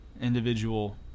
individual